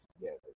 together